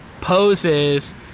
poses